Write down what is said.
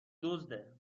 دزده